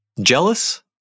Jealous